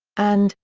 and,